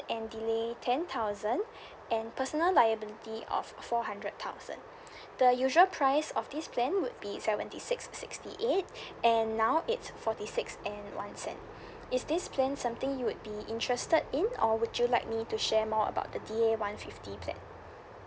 and delay ten thousand and personal liability of four hundred thousand the usual price of this plan would be seventy six sixty eight and now it's forty six and one cent is this plan something you would be interested in or would you like me to share more about the D_A one fifty plan